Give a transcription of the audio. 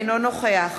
אינו נוכח